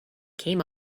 came